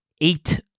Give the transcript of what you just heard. eight